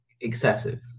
excessive